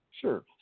Sure